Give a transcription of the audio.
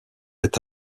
est